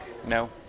No